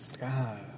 God